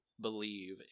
believe